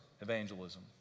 evangelism